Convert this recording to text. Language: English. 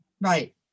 Right